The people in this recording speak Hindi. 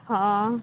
हाँ